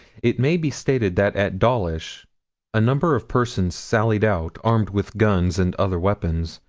it may be stated that at dawlish a number of persons sallied out, armed with guns and other weapons,